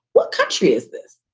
what country is this?